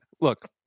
look